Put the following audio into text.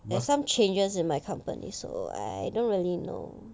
there's some changes in my company so I don't really know